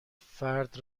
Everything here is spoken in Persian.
فرد